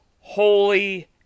holy